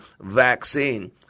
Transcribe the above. vaccine